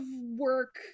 work